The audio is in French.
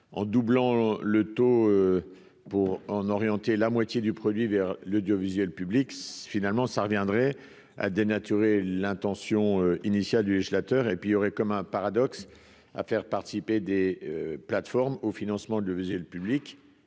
en doublant le taux pour en orienter la moitié du produit vers l'audiovisuel public, finalement ça reviendrait à dénaturer l'intention initiale du législateur et puis, il y aurait comme un paradoxe à faire participer des plateformes au financement de viser le public